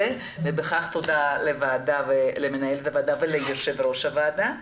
ובכך תודה למנהלת הוועדה וליושב-ראש הוועדה.